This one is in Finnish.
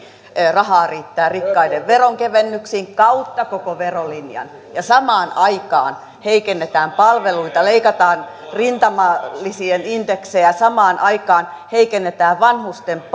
rahaa riittää rikkaiden veronkevennyksiin kautta koko verolinjan ja samaan aikaan heikennetään palveluita leikataan rintamalisien indeksejä samaan aikaan heikennetään vanhusten